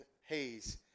haze